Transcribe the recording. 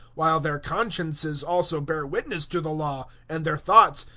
while their consciences also bear witness to the law, and their thoughts,